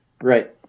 Right